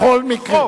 בכל מקרה.